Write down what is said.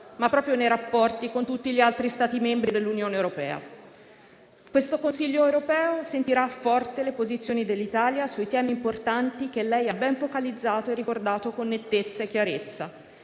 ma proprio nei rapporti con tutti gli altri Stati membri dell'Unione europea. Il prossimo Consiglio europeo sentirà forte le posizioni dell'Italia sui temi importanti che lei ha ben focalizzato e ricordato con nettezza e chiarezza.